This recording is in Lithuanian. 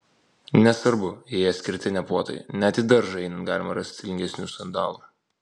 nesvarbu jei jie skirti ne puotai net į daržą einant galima rasti stilingesnių sandalų